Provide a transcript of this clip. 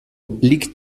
liegt